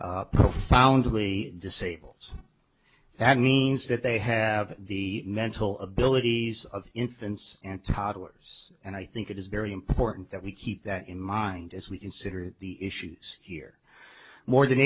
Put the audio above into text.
profoundly disables that means that they have the mental abilities of infants and toddlers and i think it is very important that we keep that in mind as we consider the issues here more than